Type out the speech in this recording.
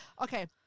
Okay